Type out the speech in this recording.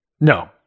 No